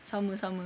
sama sama